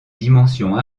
dimensions